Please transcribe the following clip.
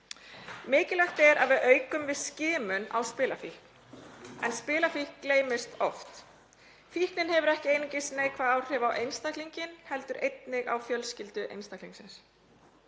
Mikilvægt er að við aukum skimun fyrir spilafíkn en spilafíkn gleymist oft. Fíknin hefur ekki einungis neikvæð áhrif á einstaklinginn heldur einnig á fjölskyldu einstaklingsins.